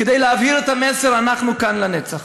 כדי להעביר את המסר: אנחנו כאן לנצח.